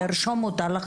לרשום אותה,